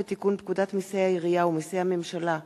הצעת חוק לתיקון פקודת מסי העירייה ומסי הממשלה (פטורין)